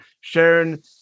Sharon